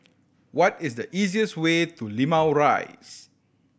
what is the easiest way to Limau Rise